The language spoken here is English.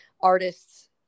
artists